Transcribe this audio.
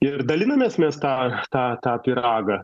ir dalinamės mes tą pyragą